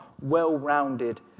well-rounded